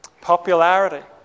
Popularity